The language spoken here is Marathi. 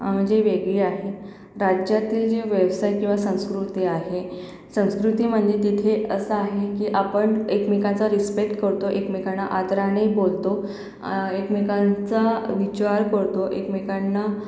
म्हणजे वेगळी आहे राज्यातील जी व्यवसाय किंवा संस्कृती आहे संस्कृती म्हणजे तिथे असं आहे की आपण एकमेकांचा रिस्पेक्ट करतो एकमेकांना आदराने बोलतो एकमेकांचा विचार करतो एकमेकांना